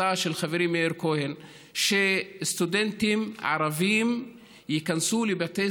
הצעה של חברי מאיר כהן שסטודנטים ערבים ייכנסו לבתי